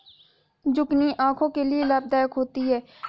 zucchini आंखों के लिए लाभदायक होती है